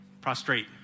Prostrate